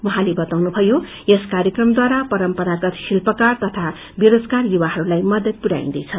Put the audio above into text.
उम्रैले बताउनुभयो यस कार्यक्रमदारा परम्परागत शिल्पकार तथ बेरोजगार युवाहरूलाई मदद पुर्याइन्दैछ